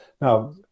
Now